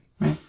Right